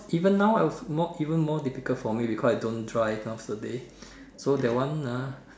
even now even more difficult for me because I don't drive half the day so that one ah